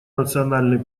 национальный